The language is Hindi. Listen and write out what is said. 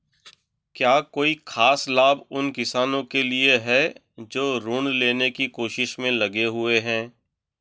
क्या कोई खास लाभ उन किसानों के लिए हैं जो ऋृण लेने की कोशिश में लगे हुए हैं?